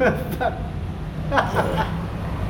fuck